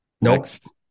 next